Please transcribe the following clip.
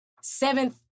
seventh